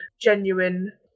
genuine